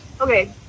Okay